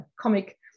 comic